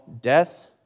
death